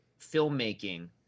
filmmaking